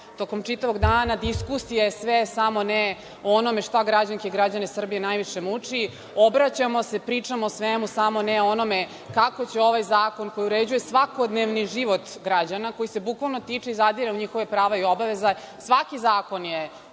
tokom čitavog dana, diskusija je sve samo ne o onome šta građanke i građane Srbije najviše muči. Obraćamo se, pričamo o svemu, samo ne o onome kako će ovaj zakon koji uređuje svakodnevni život građana, koji se bukvalno tiče i zadire u njihova prava i obaveze… Svaki zakon je